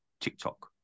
tiktok